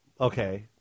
okay